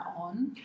on